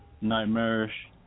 nightmarish